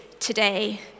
Today